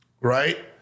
right